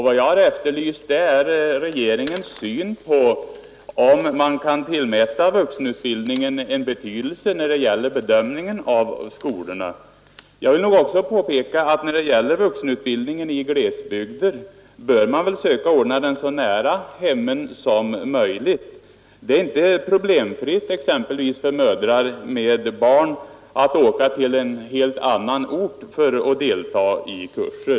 Vad jag har efterlyst är regeringens syn på om man skall tillmäta vuxenutbildningen någon betydelse vid bedömningen av skolorna. Jag vill också påpeka när det gäller vuxenutbildningen att man i glesbygder bör försöka ordna denna så nära hemmen som möjligt. Det är inte problemfritt för t.ex. mödrar med barn att åka till en helt annan ort för att delta i kurser.